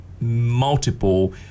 multiple